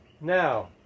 Now